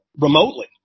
remotely